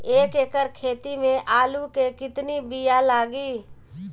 एक एकड़ खेती में आलू के कितनी विया लागी?